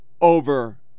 over